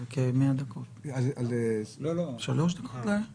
כי הלשכות הפרטיות שאמורות להביא את העובדים הזרים